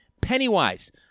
Pennywise